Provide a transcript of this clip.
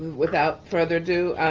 without further ado,